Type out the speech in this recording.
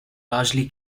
largely